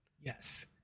Yes